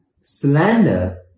Slander